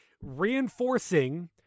reinforcing